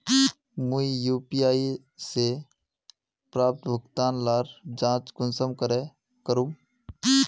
मुई यु.पी.आई से प्राप्त भुगतान लार जाँच कुंसम करे करूम?